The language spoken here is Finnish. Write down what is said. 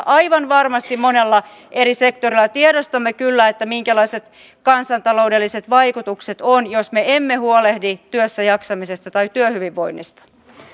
aivan varmasti monella eri sektorilla tiedostamme kyllä minkälaiset kansantaloudelliset vaikutukset ovat jos me emme huolehdi työssäjaksamisesta tai työhyvinvoinnista